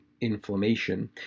inflammation